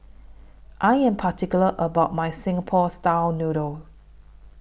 I Am particular about My Singapore Style Noodles